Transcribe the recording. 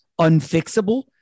unfixable